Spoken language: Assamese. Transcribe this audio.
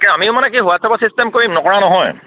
আমিও মানে কি হোৱাটপত চিষ্টেম কৰিম নকৰা নহয়